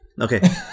Okay